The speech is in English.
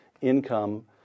income